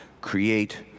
create